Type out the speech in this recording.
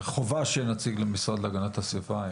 חובה שנציג למשרד הגנת הסביבה.